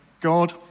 God